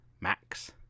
Max